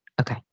okay